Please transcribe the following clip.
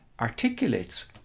articulates